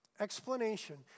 explanation